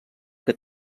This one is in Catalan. que